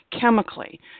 chemically